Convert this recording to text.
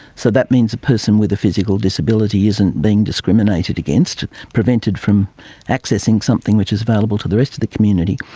so that means a person with a physical disability isn't being discriminated against, prevented from accessing something which is available to the rest of the community.